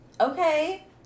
okay